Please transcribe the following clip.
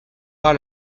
par